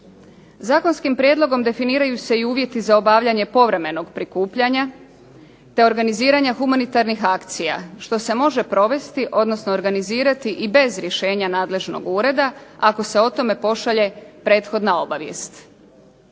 Zakonskim prijedlogom definiraju se i uvjeti za obavljanje povremenog prikupljanja te organiziranja humanitarnih akcija što se može provesti odnosno organizirati i bez rješenja nadležnog ureda ako se o tome pošalje prethodna obavijest.